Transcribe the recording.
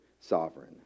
sovereign